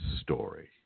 story